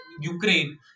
Ukraine